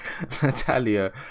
Natalia